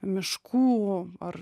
miškų ar